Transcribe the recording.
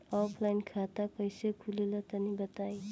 Offline खाता कइसे खुलेला तनि बताईं?